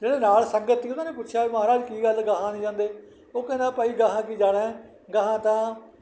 ਜਿਹੜੀ ਨਾਲ ਸੰਗਤ ਸੀ ਉਹਨਾਂ ਨੇ ਪੁੱਛਿਆ ਮਹਾਰਾਜ ਕੀ ਗੱਲ ਗਾਹਾਂ ਨਹੀਂ ਜਾਂਦੇ ਉਹ ਕਹਿੰਦਾ ਭਾਈ ਗਾਹਾਂ ਕੀ ਜਾਣਾ ਗਾਹਾਂ ਤਾਂ